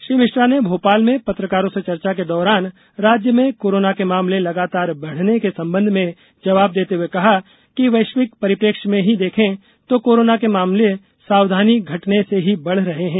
श्री मिश्रा ने भोपाल में पत्रकारों से चर्चा को दौरान राज्य में कोरोना के मामले लगातार बढ़ने के संबंध में जवाब देते हुए कहा कि वैश्विक परिप्रेक्ष्य में ही देखें तो कोरोना के मामले सावधानी घटने से ही बढ़ रहे हैं